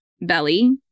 belly